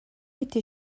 été